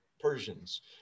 Persians